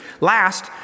Last